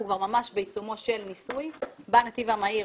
אנחנו כבר ממש בעיצומו של ניסוי בנתיב המהיר,